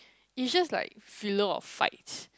it just like filler or fights